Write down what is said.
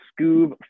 Scoob